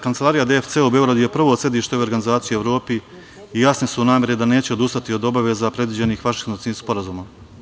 Kancelarija DFC u Beogradu je prvo sedište ove organizacije u Evropi i jasne su namere da neće odustati od obaveza predviđenih Vašingtonskim sporazumom.